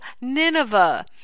Nineveh